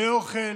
לאוכל,